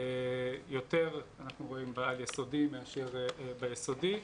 יותר בעל יסודי מאשר ביסודי.